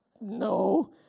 no